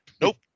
Nope